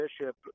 Bishop